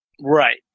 Right